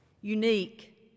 unique